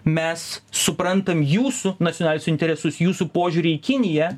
mes suprantam jūsų nacionalinius interesus jūsų požiūrį į kiniją